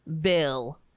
bill